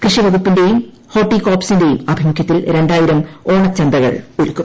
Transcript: കൃഷിവ്കൂപ്പിന്റെയും ഹോർട്ടികോർപ്സിന്റെയും ആഭിമുഖ്യത്തിൽ രണ്ടായിർം ഔണച്ചന്തകൾ ഒരുക്കും